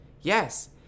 Yes